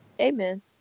amen